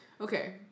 Okay